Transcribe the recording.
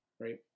right